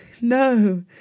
No